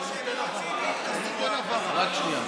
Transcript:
אין עבירה, רק שנייה.